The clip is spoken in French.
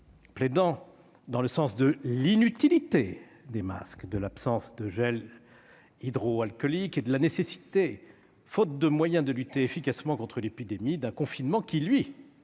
démontrant l'inutilité de ces derniers, à l'absence de gel hydroalcoolique et à la nécessité, faute de moyens de lutter efficacement contre l'épidémie, d'un confinement qui, lui,